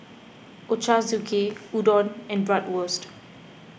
Ochazuke Udon and Bratwurst